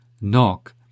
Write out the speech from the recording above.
Knock